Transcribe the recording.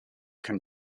can